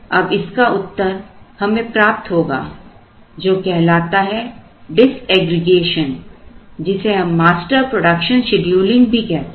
अब इसका उत्तर हमें प्राप्त होगा जो कहलाता है डिसएग्रीगेशन जिसे हम मास्टर प्रोडक्शन शेड्यूलिंग भी कहते हैं